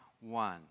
one